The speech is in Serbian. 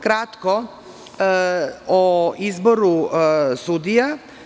Kratko o izboru sudija.